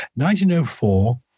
1904